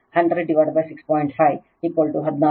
316 hertz